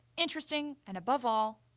interesting and, above all,